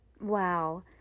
Wow